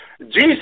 Jesus